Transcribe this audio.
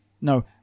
no